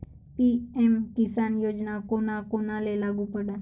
PM Kisan योजना कोना कोनाले लागू पडन?